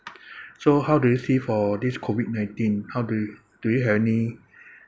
so how do you see for this COVID nineteen how do you do you have any